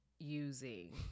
using